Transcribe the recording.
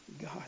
God